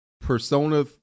Persona